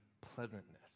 pleasantness